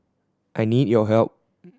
I need your help